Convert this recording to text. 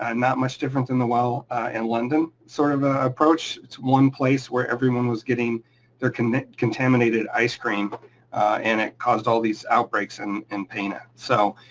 um not much different than the well in london, sort of ah approach. it's one place where everyone was getting their contaminated ice cream and it caused all these outbreaks and in pana. so,